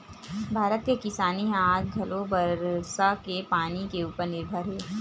भारत के किसानी ह आज घलो बरसा के पानी के उपर निरभर हे